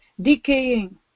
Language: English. decaying